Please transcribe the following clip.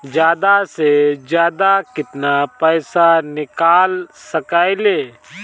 जादा से जादा कितना पैसा निकाल सकईले?